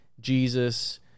Jesus